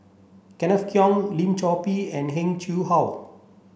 Kenneth Keng Lim Chor Pee and Heng Chee How